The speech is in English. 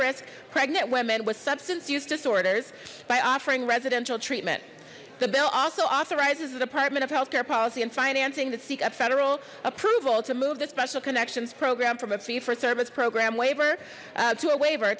risk pregnant women with substance use disorders by offering residential treatment the bill also authorizes the department of healthcare policy and financing the seek of federal approval to move the special connections program from a fee for service program waiver to a waiver